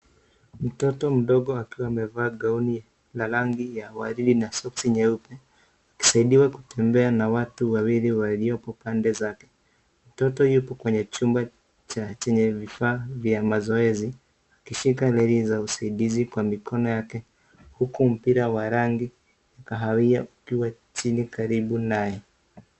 Mtoto mdogo akiwa amevaa gauni ya rangi ya waridi na soksi nyeupe, akisaidiwa kutembea na watu wawili waliopo pande zake. Mtoto yupo kwenye chumba chenye vifaa vya mazoezi akishika reli za usaidizi kwa mikono yake, huku mpira wa rangi ya kahawia ukiwa chini karibu naye.